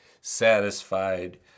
satisfied